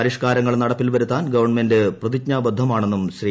പരിഷ്കാരങ്ങൾ നടപ്പിൽ വരുത്താൻ ഗവൺമെന്റ് പ്രതിജ്ഞാബദ്ധമാണെന്നും ശ്രീ